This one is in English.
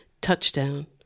Touchdown